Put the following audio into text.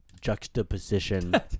juxtaposition